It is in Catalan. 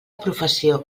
professió